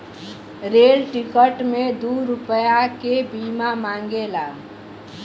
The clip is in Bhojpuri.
रेल टिकट मे दू रुपैया के बीमा मांगेला